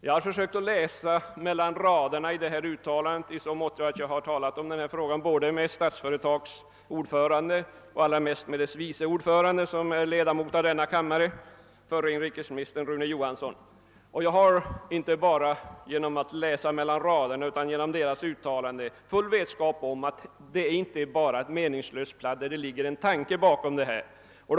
Jag har försökt att läsa mellan raderna i detta yttrande i så måtto att jag talat om denna fråga med både Statsföretags ordförande och framförallt dess vice ordförande som är ledamot av denna kammare, nämligen förre inrikesministern Rune Johansson. Genom deras uttalanden har jag full vetskap om att detta inte bara är ett meningslöst pladder utan att det ligger en tanke bakom detta.